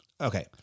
Okay